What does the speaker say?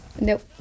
Nope